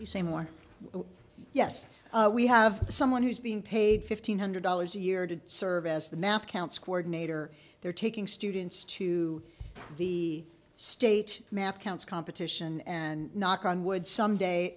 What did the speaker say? you say more yes we have someone who's being paid fifteen hundred dollars a year to serve as the map counts coordinator there taking students to the state map counts competition and knock on wood someday